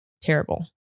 terrible